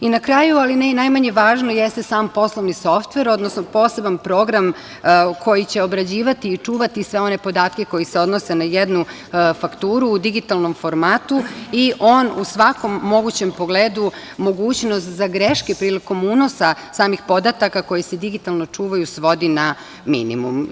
Na kraju, ali ne i najmanje važno jeste sam poslovni softver, odnosno poseban program u koji će obrađivati i čuvati sve one podatke koji se odnose na jednu fakturu u digitalnom formatu i on u svakom mogućem pogledu mogućnost za greške prilikom unosa samih podataka koji se digitalno čuvaju svodi na minimum.